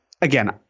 Again